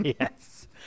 Yes